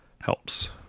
helps